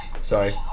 Sorry